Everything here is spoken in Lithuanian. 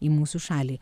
į mūsų šalį